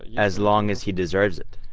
as long as he deserves it.